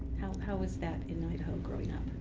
how was that in idaho growing up?